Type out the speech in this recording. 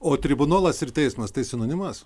o tribunolas ir teismas tai sinonimas